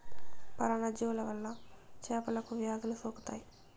పరాన్న జీవుల వల్ల చేపలకు వ్యాధులు సోకుతాయి